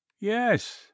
yes